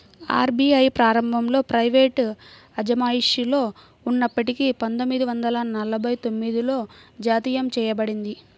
RBI ప్రారంభంలో private అజమాయిషిలో ఉన్నప్పటికీ పందొమ్మిది వందల నలభై తొమ్మిదిలో జాతీయం చేయబడింది